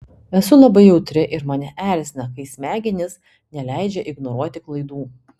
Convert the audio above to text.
esu labai jautri ir mane erzina kai smegenys neleidžia ignoruoti klaidų